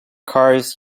cars